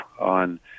on